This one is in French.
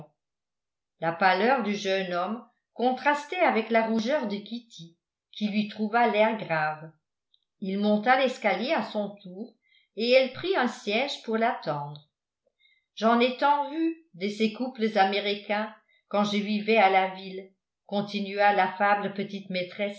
la pâleur du jeune homme contrastait avec la rougeur de kitty qui lui trouva l'air grave il monta l'escalier à son tour et elle prit un siège pour l'attendre j'en ai tant vu de ces couples américains quand je vivais à la ville continua l'affable petite maîtresse